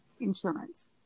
insurance